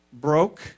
broke